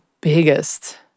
biggest